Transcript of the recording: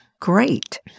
Great